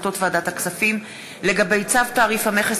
החלטות ועדת הכספים בדבר צו תעריף המכס